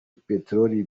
petelori